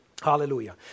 Hallelujah